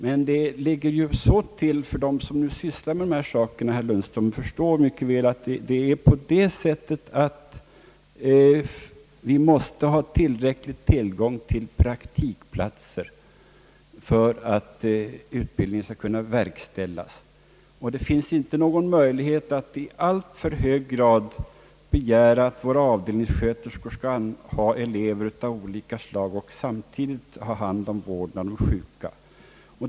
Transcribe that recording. Men för dem som sysslar med dessa saker förhåller det sig, som herr Lundström mycket väl förstår, på det sättet att man måste ha tillräcklig tillgång till praktikplatser för att utbildningen skall kunna verkställas, och det är inte möjligt att i alltför stor utsträckning begära att våra avdelningssköterskor skall ha elever av olika slag samtidigt som de har hand om vården av de sjuka.